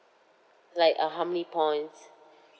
like uh how many points